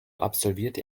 absolvierte